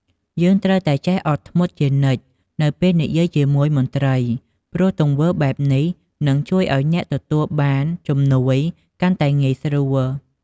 យើងត្រូវតែអត់ធ្មត់ជានិច្ចនៅពេលនិយាយជាមួយមន្ត្រី ព្រោះទង្វើបែបនេះ នឹងជួយឱ្យអ្នកទទួលបានជំនួយកាន់តែងាយស្រួល។